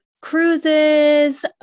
cruises